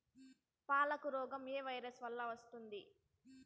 పాలకు రోగం ఏ వైరస్ వల్ల వస్తుంది?